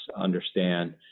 understand